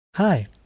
Hi